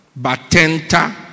batenta